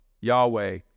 Yahweh